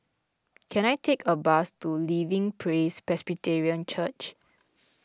can I take a bus to Living Praise Presbyterian Church